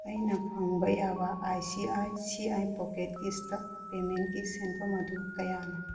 ꯑꯩꯅ ꯐꯪꯕ ꯌꯥꯕ I C I C I ꯄꯣꯀꯦꯠꯀꯤ ꯏꯁꯇꯛ ꯄꯦꯃꯦꯟꯀꯤ ꯁꯦꯟꯐꯝ ꯑꯗꯨ ꯀꯌꯥꯅꯣ